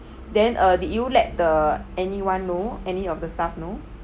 then uh did you let the anyone know any of the staff know